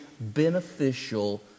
beneficial